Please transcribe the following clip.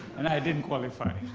and i didn't qualify.